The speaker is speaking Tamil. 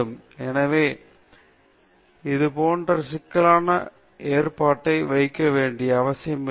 எனவே ஏற்கனவே கப்பி வேலை செய்யது விட்டால் இது போன்ற சிக்கலான ஏற்பாட்டை வைக்க வேண்டிய அவசியமில்லை